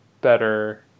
better